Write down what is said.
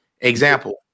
Example